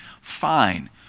Fine